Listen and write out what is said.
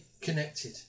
connected